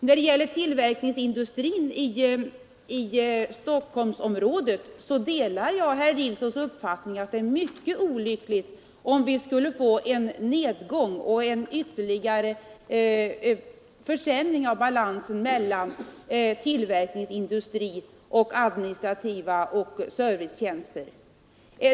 När det gäller tillverkningsindustrin i Stockholmsområdet, så delar jag herr Nilssons uppfattning att det vore mycket olyckligt om vi skulle få en nedgång och en ytterligare försämring av balansen mellan tillverkningsindustri och administrativa tjänster och servicetjänster.